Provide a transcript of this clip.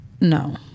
No